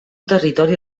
territori